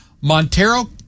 Montero